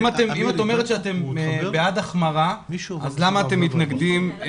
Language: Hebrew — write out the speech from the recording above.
אם את אומרת שאתם בעד החמרה, למה אתם